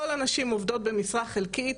כל הנשים עובדות במשרה חלקית,